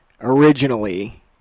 Originally